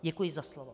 Děkuji za slovo.